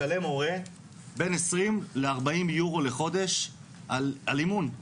משלם הורה בין 20 ל-40 יורו לחודש על אימון,